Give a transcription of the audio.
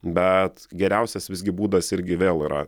bet geriausias visgi būdas irgi vėl yra